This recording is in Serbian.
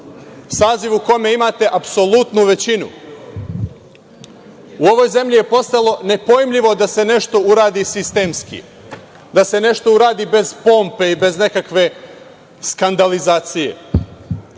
Saziv u kome imate apsolutnu većinu.U ovoj zemlji je postalo nepojmljivo da se nešto uradi sistemski, da se nešto uradi bez pompe i bez nekakve skandalizacije.